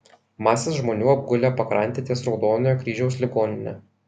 masės žmonių apgulę pakrantę ties raudonojo kryžiaus ligonine